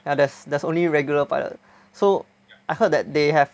and there's there's only regular pilot so I heard that they have